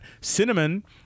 Cinnamon